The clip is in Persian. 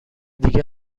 دیگه